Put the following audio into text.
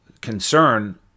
concern